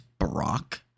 Barack